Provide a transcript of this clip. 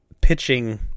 pitching